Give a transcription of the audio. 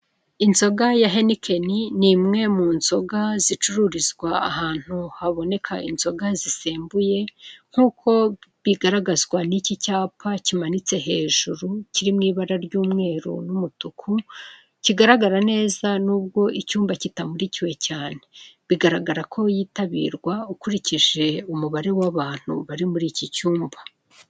Inzoga ya henikeni ni imwe mu nzoga zicururizwa ahantu haboneka inzoga zisembuye nk'uko bigaragazwa n'iki cyapa kimanitse hejuru kiri mu ibara ry'umweru n'umutuku, kigaragara neza nubwo icyumba kitamurikiwe cyane, bigaragara ko yitabirwa ukurikije umubare w'abantu bari muri iki cyumba.